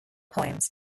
poems